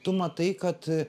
tu matai kad